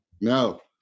No